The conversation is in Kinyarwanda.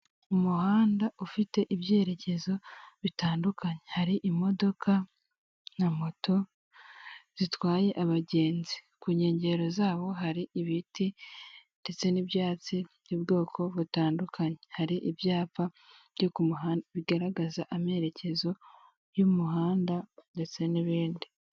Umuhanda ufite ibyerekezo bitandukanye, hari imodoka, na moto zitwaye abagenzi, ku nkengero zabo hari ibiti ndetse n'ibyatsi by'ubwoko butandukanye, hari ibyapa byo kumuhanda bigaragaza amerekezo y'umuhanda ndetse n'ibindi.